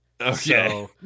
Okay